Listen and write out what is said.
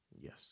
Yes